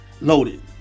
loaded